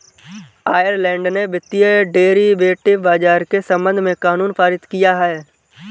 Ireland ने वित्तीय derivative बाजार के संबंध में कानून पारित किया है